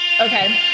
Okay